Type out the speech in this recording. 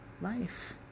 Life